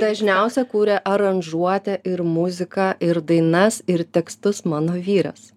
dažniausia kuria aranžuotę ir muziką ir dainas ir tekstus mano vyras